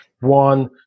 One